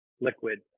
liquid